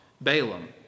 Balaam